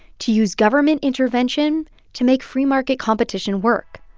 to use government intervention to make free market competition work.